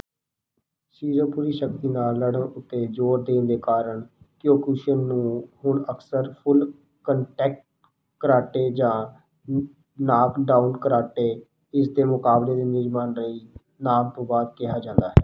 ਸਰੀਰਕ ਪੂਰੀ ਸ਼ਕਤੀ ਨਾਲ ਲੜੋ ਉੱਤੇ ਜ਼ੋਰ ਦੇਣ ਦੇ ਕਾਰਨ ਕਿਓਕੁਸ਼ਿਨ ਨੂੰ ਹੁਣ ਅਕਸਰ ਫੁਲ ਕੰਟੈਕਟ ਕਰਾਟੇ ਜਾਂ ਨਾਕਡਾਊਨ ਕਰਾਟੇ ਇਸਦੇ ਮੁਕਾਬਲੇ ਦੇ ਨਿਯਮਾਂ ਲਈ ਨਾਮ ਤੋਂ ਬਾਅਦ ਕਿਹਾ ਜਾਂਦਾ ਹੈ